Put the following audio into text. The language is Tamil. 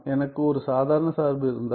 எனக்கு ஒரு சாதாரண சார்பு இருந்தால்